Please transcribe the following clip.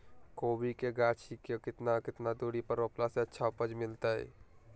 कोबी के गाछी के कितना कितना दूरी पर रोपला से अच्छा उपज मिलतैय?